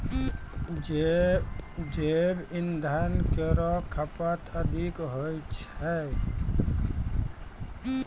जैव इंधन केरो खपत अधिक होय छै